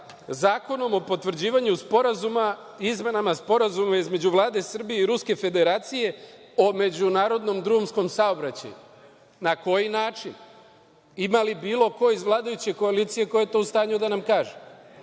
Zakonom o potvrđivanju Sporazuma, izmenama Sporazuma između Vlade Srbije i Ruske Federacije o međunarodnom drumskom saobraćaju i na koji način? Ima li bilo ko iz vladajuće koalicije ko je to u stanju da nam kaže?